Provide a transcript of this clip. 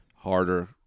Harder